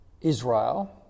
Israel